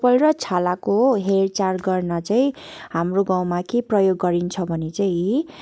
कपाल र छालाको हेरचाह गर्न चाहिँ हाम्रो गाउँमा के प्रयोग गरिन्छ भने चाहिँ